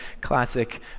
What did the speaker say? Classic